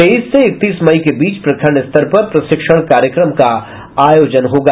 तेईस से इकतीस मई के बीच प्रखंड स्तर पर प्रशिक्षण कार्यकम को आयोजन होगा